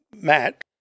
Matt